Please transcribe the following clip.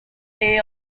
way